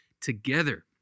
together